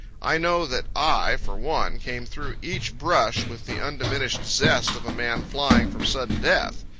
i know that i, for one, came through each brush with the undiminished zest of a man flying from sudden death.